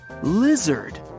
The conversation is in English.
lizard